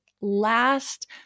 last